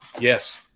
Yes